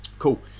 cool